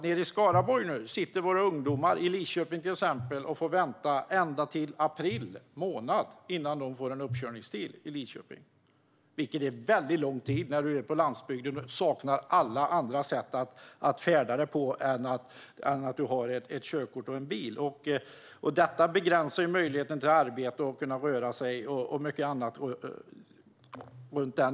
Nere i Skaraborg, i Lidköping till exempel, sitter nämligen våra ungdomar och får vänta ända till april månad innan de får en uppkörningstid. Det är en väldigt lång tid när du är på landsbygden och inte har några andra sätt att färdas på än att ha ett körkort och en bil. Detta begränsar möjligheten till arbete, till att kunna röra sig och till mycket annat.